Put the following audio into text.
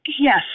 Yes